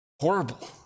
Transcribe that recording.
horrible